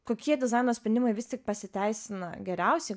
kokie dizaino sprendimai vis tik pasiteisina geriausiai